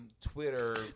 Twitter